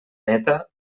neta